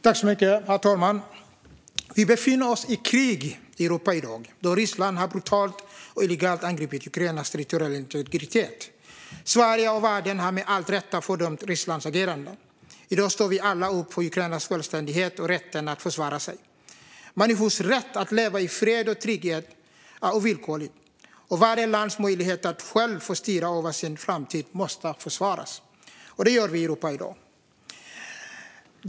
Herr talman! Vi befinner oss i krig i Europa i dag, då Ryssland brutalt och illegalt har angripit Ukrainas territoriella integritet. Sverige och världen har med rätta fördömt Rysslands agerande. I dag står vi alla upp för Ukrainas självständighet och rätt att försvara sig. Människors rätt att leva i fred och trygghet är ovillkorlig. Och varje lands möjlighet att självt styra över sin framtid måste försvaras, och det gör vi i Europa i dag.